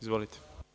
Izvolite.